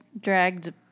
dragged